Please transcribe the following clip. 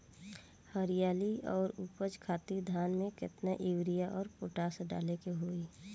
हरियाली और उपज खातिर धान में केतना यूरिया और पोटाश डाले के होई?